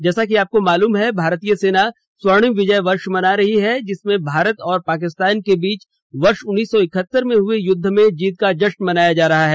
जैसा कि आपको मालूम है भारतीय सेना स्वर्णिम विजय वर्ष मना रही है जिसमें भारत और पाकिस्तान के बीच वर्ष उन्नीस सौ इकहतर में हुए युद्ध में जीत का जश्न मना रहा है